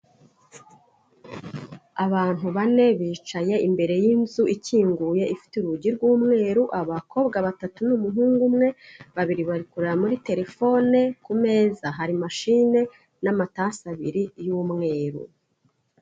Abantu bane bicaye imbere y'inzu ikinguye ifite urugi rw'umweru, abakobwa batatu n'umuhungu umwe, babiri bari kureba muri terefone, ku meza hari mashine n'amatasi abiri y'umweru.